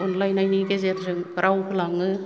अनलायनायनि गेजेरजों राव होलाङो